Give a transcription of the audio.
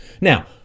Now